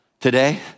today